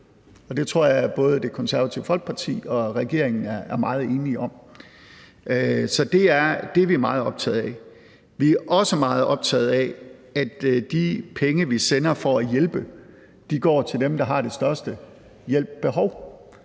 det tror jeg både Det Konservative Folkeparti og regeringen er meget enige om. Så det er vi meget optagede af. Vi er også meget optagede af, at de penge, vi sender for at hjælpe, går til dem, der har størst hjælp behov,